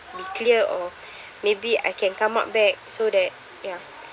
be clear or maybe I can come up back so that ya